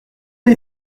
les